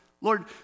Lord